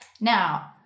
Now